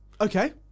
okay